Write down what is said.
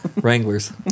Wranglers